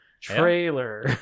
trailer